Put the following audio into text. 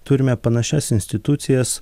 turime panašias institucijas